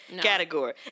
category